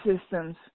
systems